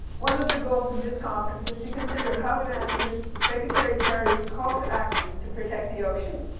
one of the goals of this conference is to consider how to answer so secretary kerry's call to action to protect the ocean.